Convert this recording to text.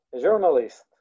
journalist